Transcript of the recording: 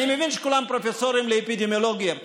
אני מבין שכולם פרופסורים לאפידמיולוגיה כאן,